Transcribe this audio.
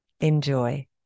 Enjoy